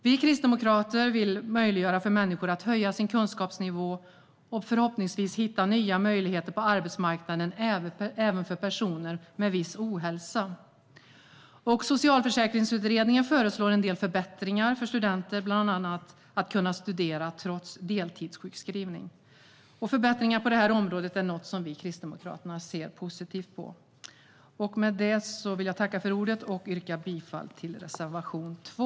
Vi kristdemokrater vill möjliggöra för människor att höja sin kunskapsnivå och förhoppningsvis hitta nya möjligheter på arbetsmarknaden, även personer med viss ohälsa. Socialförsäkringsutredningen föreslår en del förbättringar för studenter, bland annat att kunna studera trots deltidssjukskrivning. Förbättringar på detta område är något som Kristdemokraterna ser positivt på. Jag yrkar bifall till reservation 2.